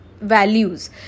values